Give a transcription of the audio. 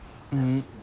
mmhmm